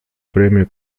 premio